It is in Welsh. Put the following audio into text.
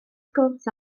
sgwrs